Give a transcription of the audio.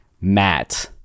Matt